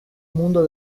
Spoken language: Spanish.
mundo